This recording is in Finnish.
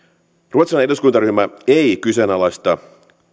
ruotsalainen eduskuntaryhmä ei kyseenalaista